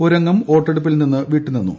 ഒരംഗം വോട്ടെടുപ്പിൽ നിന്ന് വിട്ടുനിന്നു